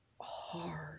hard